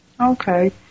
Okay